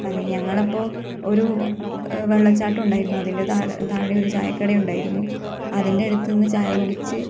അതു ഞങ്ങളപ്പോൾ ഒരു വെള്ളച്ചാട്ടം ഉണ്ടായിരുന്നു അതിന്റെ താഴെ താഴെ ഒരു ചായക്കട ഉണ്ടായിരുന്നു അതിന്റെ അടുത്ത് നിന്ന് ചായ കുടിച്ച്